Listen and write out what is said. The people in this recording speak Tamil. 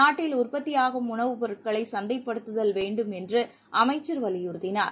நாட்டில் உற்பத்தியாகும் உணவுப் பொருட்களை சந்தைப்படுத்த வேண்டும் என்று அமைச்சர் வலியுறுத்தினார்